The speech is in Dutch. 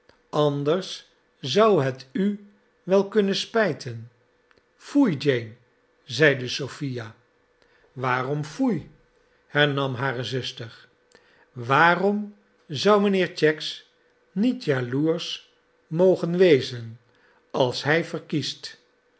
anders zou het u wel kunnen spijten foei jane zeide sophia waarom foei hernam hare zuster waarom zou mijnheer cheggs niet jaloersch mogen wezen als hij verkiest